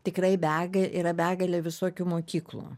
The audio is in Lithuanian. tikrai bega yra begalė visokių mokyklų